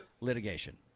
litigation